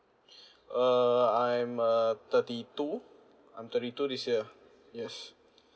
err I'm uh thirty two I'm thirty two this year yes